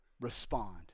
respond